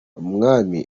umwami